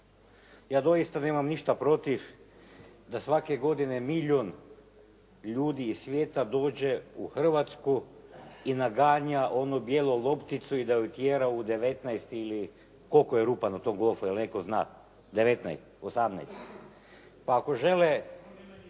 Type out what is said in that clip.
Ja doista nemam ništa protiv da svake godine milijun ljudi iz svijeta dođe u Hrvatsku i naganja onu bijelu lopticu i da je tjera u 19 ili koliko je rupa na tom golfu jel netko zna? 19, 18. Pa ako žele,